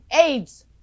AIDS